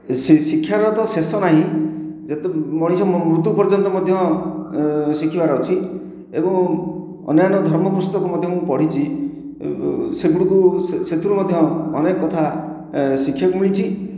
ଶି ଶିକ୍ଷ୍ୟାର ତ ଶେଷ ନାହିଁ ଯେତେ ମଣିଷ ମୃତ୍ୟୁ ପର୍ଯନ୍ତ ମଧ୍ୟ ଶିଖିବାର ଅଛି ଏବଂ ଅନ୍ୟାନ୍ୟ ଧର୍ମ ପୁସ୍ତକ ମଧ୍ୟ ମୁଁ ପଢ଼ିଛି ସେଗୁଡ଼ିକୁ ସେ ସେଥିରୁ ମଧ୍ୟ ଅନେକ କଥା ଏ ଶିଖିବାକୁ ମିଳିଛି